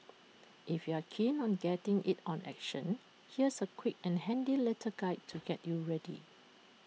if you're keen on getting in on action here's A quick and handy little guide to get you ready